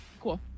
cool